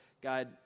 God